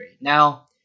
Now